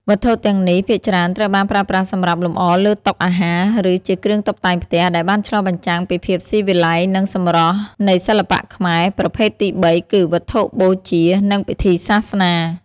វត្ថុទាំងនេះភាគច្រើនត្រូវបានប្រើប្រាស់សម្រាប់លម្អលើតុអាហារ ឬជាគ្រឿងតុបតែងផ្ទះ ដែលបានឆ្លុះបញ្ចាំងពីភាពស៊ីវិល័យនិងសម្រស់នៃសិល្បៈខ្មែរ។ ប្រភេទទីបីគឺ វត្ថុបូជា និងពិធីសាសនា។